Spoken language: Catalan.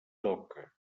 toca